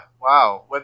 wow